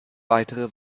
weitere